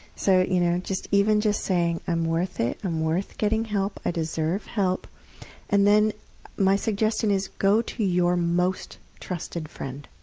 so you know even just saying i'm worth it, i'm worth getting help, i deserve help and then my suggestion is, go to your most trusted friend